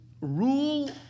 rule